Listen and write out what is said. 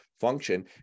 function